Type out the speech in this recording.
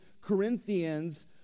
Corinthians